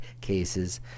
cases